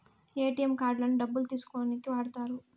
ATM కార్డులను డబ్బులు తీసుకోనీకి వాడుతారు